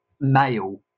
male